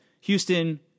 Houston